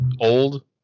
old